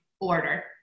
order